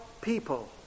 people